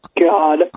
God